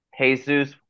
Jesus